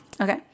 Okay